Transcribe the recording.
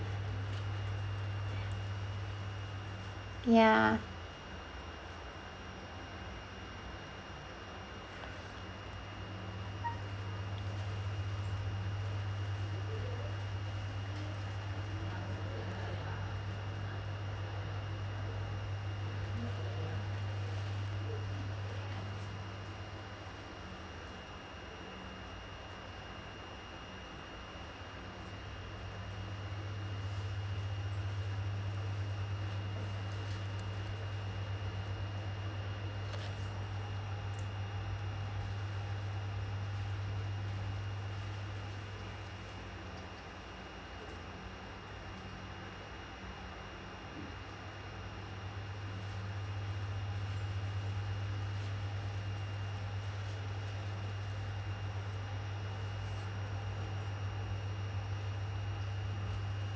ya